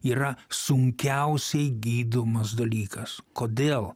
yra sunkiausiai gydomas dalykas kodėl